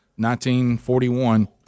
1941